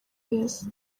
wese